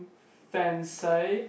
fancy